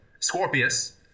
Scorpius